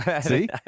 See